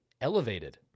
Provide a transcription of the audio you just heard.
elevated